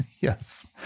Yes